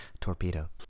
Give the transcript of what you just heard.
Torpedo